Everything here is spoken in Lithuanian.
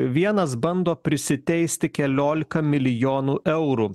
vienas bando prisiteisti keliolika milijonų eurų